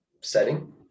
setting